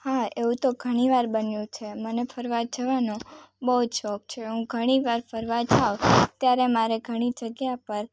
હા એવું તો ઘણીવાર બન્યું છે મને ફરવા જવાનો બહુ જ શોખ છે હું ઘણી વાર ફરવા જાઉં ત્યારે મારે ઘણી જગ્યા પર